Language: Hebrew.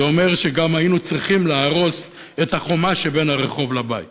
זה אומר שגם היינו צריכים להרוס את החומה שבין הרחוב לבית,